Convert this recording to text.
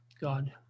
God